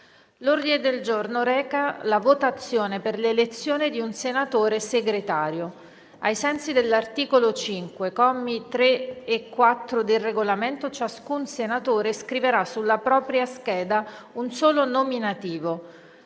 L'ordine del giorno reca la votazione per l'elezione di un senatore Segretario. Ai sensi dell'articolo 5, commi 3 e 4, del Regolamento, ciascun senatore scriverà sulla propria scheda un solo nominativo.